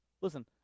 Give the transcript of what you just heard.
Listen